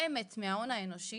נפעמת מההון האנושי